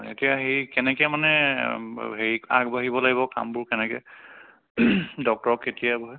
হয় এতিয়া সেই কেনেকৈ মানে বাৰু হেৰি আগবাঢ়িব লাগিব কামবোৰ কেনেকৈ ডক্টৰ কেতিয়া বহে